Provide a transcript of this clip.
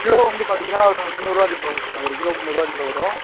kilo வந்து பார்த்தீங்கன்னா ஒரு முந்நூறுவாகிட்ட வரும் சார் ஒரு கிலோ முந்நூறுபாகிட்ட வரும்